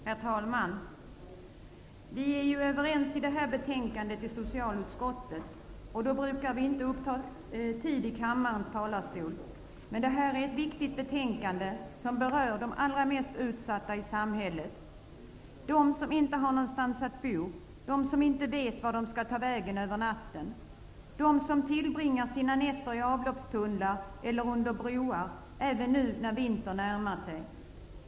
Herr talman! I det här betänkandet från socialutskottet är vi överens, och då brukar vi inte uppta tid i kammarens talarstol, men det här är ett viktigt betänkande, som berör de allra mest utsatta i samhället -- de som inte har någonstans att bo, de som inte vet vart de skall ta vägen över natten, de som tillbringar sina nätter i avloppstunnlar eller under broar även nu när vintern närmar sig.